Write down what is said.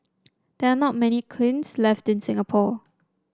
there are not many kilns left in Singapore